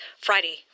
Friday